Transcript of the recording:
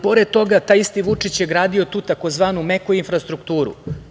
Pored toga, taj isti Vučić je gradio tu tzv. meku infrastrukturu.